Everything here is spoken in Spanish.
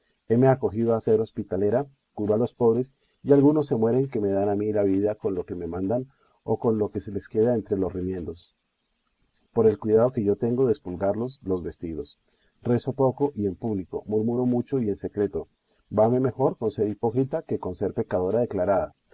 diligencias heme acogido a ser hospitalera curo a los pobres y algunos se mueren que me dan a mí la vida con lo que me mandan o con lo que se les queda entre los remiendos por el cuidado que yo tengo de espulgarlos los vestidos rezo poco y en público murmuro mucho y en secreto vame mejor con ser hipócrita que con ser pecadora declarada